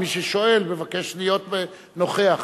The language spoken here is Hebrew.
שמי ששואל מתבקש להיות נוכח.